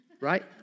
Right